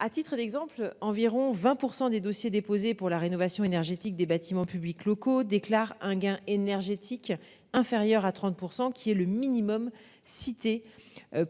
À titre d'exemple, environ 20% des dossiers déposés pour la rénovation énergétique des bâtiments publics locaux déclare un gain énergétique inférieure à 30% qui est le minimum cité.